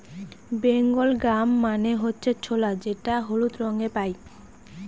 Bengal gram মানে হচ্ছে ছোলা যেটা হলুদ রঙে পাই